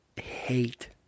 hate